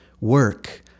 work